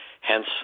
Hence